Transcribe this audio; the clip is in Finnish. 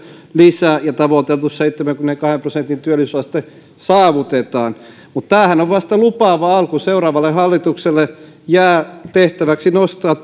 lisää ja tavoiteltu seitsemänkymmenenkahden prosentin työllisyysaste saavutetaan mutta tämähän on vasta lupaava alku seuraavalle hallitukselle jää tehtäväksi nostaa